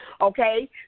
okay